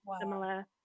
similar